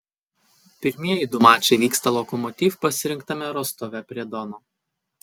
pirmieji du mačai vyksta lokomotiv pasirinktame rostove prie dono